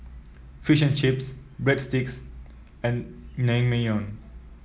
Fish and Chips Breadsticks and Naengmyeon